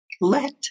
Let